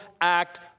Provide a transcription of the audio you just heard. act